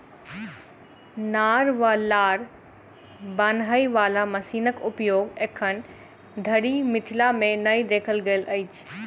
नार वा लार बान्हय बाला मशीनक उपयोग एखन धरि मिथिला मे नै देखल गेल अछि